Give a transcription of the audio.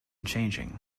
changing